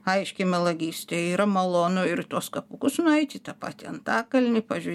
aiški melagystė yra malonu ir į tuos kapus nueiti į tą patį antakalnį pažiū